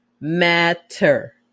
matter